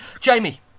Jamie